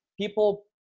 People